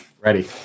Ready